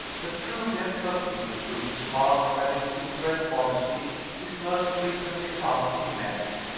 the true depth of feeling which is marked by this inbred modesty is most frequently found in men.